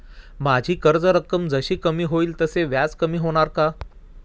माझी कर्ज रक्कम जशी कमी होईल तसे व्याज कमी होणार का?